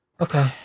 Okay